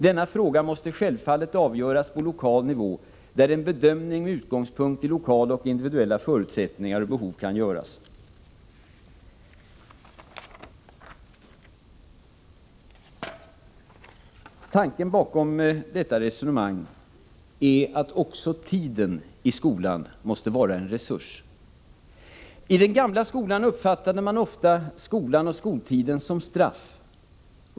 Denna fråga måste självfallet avgöras på lokal nivå, där en bedömning med utgångspunkt i lokala och individuella förutsättningar och behov kan göras.” Tanken bakom detta resonemang är att också tiden i skolan måste vara en resurs. I den gamla skolan uppfattade man ofta skolan och skoltiden som straff.